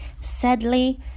Sadly